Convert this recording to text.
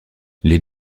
les